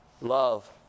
love